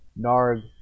Narg